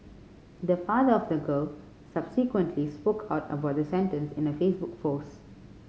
the father of the girl subsequently spoke out about the sentence in a Facebook post